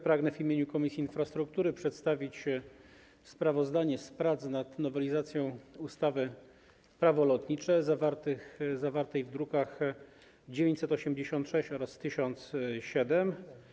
Pragnę w imieniu Komisji Infrastruktury przedstawić sprawozdanie z prac nad nowelizacją ustawy - Prawo lotnicze, druki nr 986 oraz 1007.